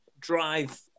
drive